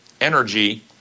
energy